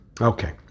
Okay